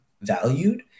valued